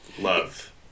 love